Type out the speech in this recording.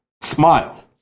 smile